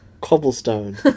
cobblestone